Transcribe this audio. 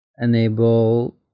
Enable